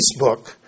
Facebook